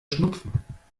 schnupfen